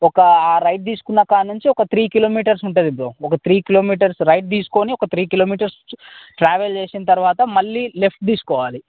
ఒక ఆ రైట్ తీసుకున్న కాడ నుంచి ఒక త్రీ కిలోమీటర్స్ ఉంటుంది బ్రో ఒక త్రీ కిలోమీటర్స్ రైట్ తీసుకుని ఒక త్రీ కిలోమీటర్స్ ట్రావెల్ చేసిన తర్వాత మళ్ళీ లెఫ్ట్ తీసుకోవాలి